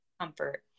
comfort